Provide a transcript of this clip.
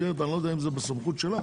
אני לא יודע אם זה בסמכות שלך